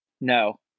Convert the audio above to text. No